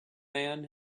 man